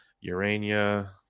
Urania